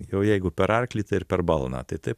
jau jeigu per arklį tai ir per balną tai taip